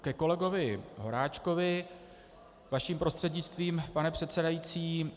Ke kolegovi Horáčkovi vaším prostřednictvím, pane předsedající.